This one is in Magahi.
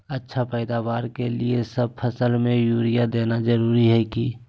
अच्छा पैदावार के लिए सब फसल में यूरिया देना जरुरी है की?